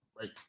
right